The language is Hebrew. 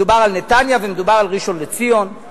מדובר על נתניה ומדובר על אשדוד,